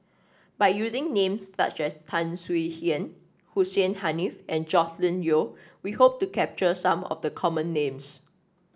by using name such as Tan Swie Hian Hussein Haniff and Joscelin Yeo we hope to capture some of the common names